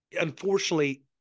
unfortunately